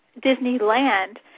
Disneyland